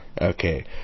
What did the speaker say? Okay